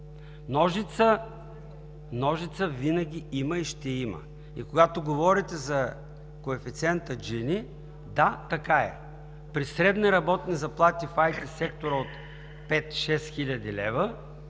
Ножица винаги има и ще има. И когато говорите за коефициента на Джини – да, така е. При средни работни заплати в IT сектора от пет-шест